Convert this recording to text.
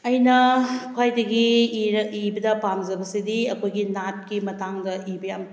ꯑꯩꯅ ꯈ꯭ꯋꯥꯏꯗꯒꯤ ꯏꯕꯗ ꯄꯥꯝꯖꯕꯁꯤꯗꯤ ꯑꯩꯈꯣꯏꯒꯤ ꯅꯥꯠꯀꯤ ꯃꯇꯥꯡꯗ ꯏꯕ ꯌꯥꯝ